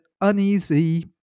uneasy